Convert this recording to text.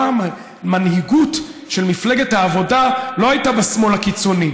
פעם המנהיגות של מפלגת העבודה לא הייתה בשמאל הקיצוני.